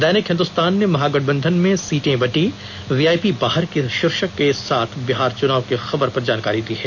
दैनिक हिन्दुस्तान ने महागंठबंधन में सीटें बंटी वीआईपी बाहर के शीर्षके के साथ बिहार चुनाव की खबर पर जानकारी दी है